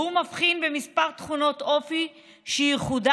והוא מבחין בכמה תכונות אופי שייחודיות